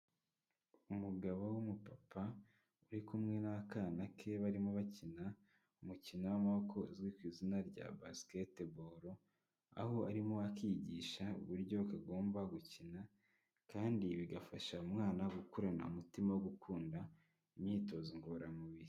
Umugabo w'umupapa, uri kumwe n'akana ke, barimo bakina umukino w'amaboko uzwi ku izina rya basketball, aho arimo akigisha uburyo kagomba gukina, kandi bigafasha umwana gukurana umutima wo gukunda, imyitozo ngororamubiri.